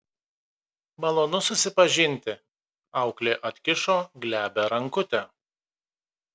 malonu susipažinti auklė atkišo glebią rankutę